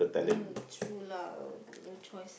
mm true love no choice